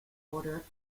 order